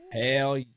Hell